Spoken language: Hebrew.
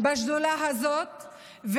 בשדולה הזאת.